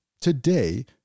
today